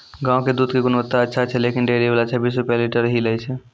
गांव के दूध के गुणवत्ता अच्छा छै लेकिन डेयरी वाला छब्बीस रुपिया लीटर ही लेय छै?